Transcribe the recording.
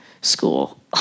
school